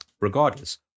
regardless